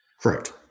Correct